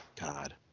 God